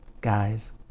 guys